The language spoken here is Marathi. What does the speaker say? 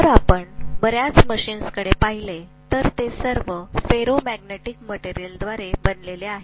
जर आपण बऱ्याच मशीन्सकडे पाहिले तर ते सर्व फेरोमॅग्नेटिक मटेरियलद्वारे बनलेले आहेत